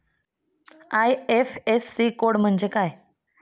IFSC code म्हणजे काय?